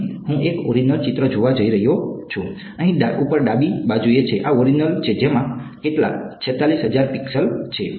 અને હું એક ઓરીજીનલ ચિત્ર જોવા જઈ રહ્યો છું જે અહીં ઉપર ડાબી બાજુએ છે આ ઓરીજીનલ છે જેમાં કેટલા 46000 પિક્સેલ છે